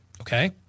okay